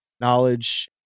knowledge